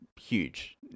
huge